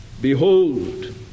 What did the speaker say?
Behold